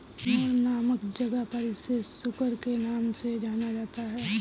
Timor नामक जगह पर इसे सुकर के नाम से जाना जाता है